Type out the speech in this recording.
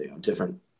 different